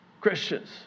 Christians